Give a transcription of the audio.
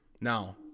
Now